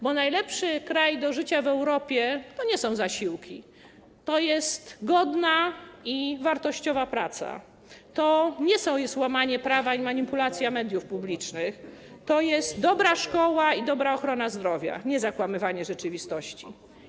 Bo najlepszy kraj do życia w Europie to nie są zasiłki, to jest godna i wartościowa praca, to nie jest łamanie prawa i manipulacja mediów publicznych, to jest dobra szkoła i dobra ochrona zdrowia, nie zakłamywanie rzeczywistości.